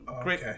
great